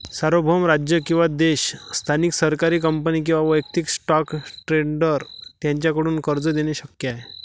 सार्वभौम राज्य किंवा देश स्थानिक सरकारी कंपनी किंवा वैयक्तिक स्टॉक ट्रेडर यांच्याकडून कर्ज देणे शक्य आहे